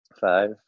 five